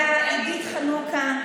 למנהלת הוועדה עידית חנוכה,